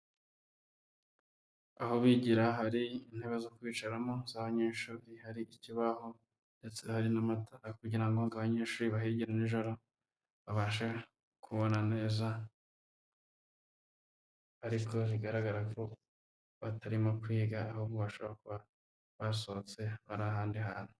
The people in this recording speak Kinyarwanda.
Aho bigira hari intebe zo kwicaramo z'abanyeshuri, hari iki kibaho ndetse hari n'amatara kugira ngo ngo abanyeshuri bahigira nijoro babashe kubona neza, ariko bigaragara ko batarimo kwiga ahubwo bashobora kuba basohotse bari ahandi hantu.